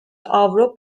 avro